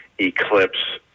eclipse